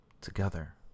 Together